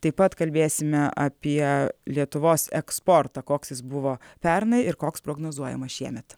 taip pat kalbėsime apie lietuvos eksportą koks jis buvo pernai ir koks prognozuojamas šiemet